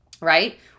right